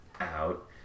out